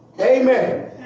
Amen